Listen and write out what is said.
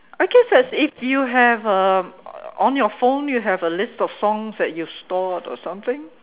I guess that's if you have uh on your phone you have a list of songs that you've stored or something